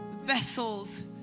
vessels